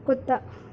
کتا